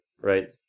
right